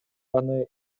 аны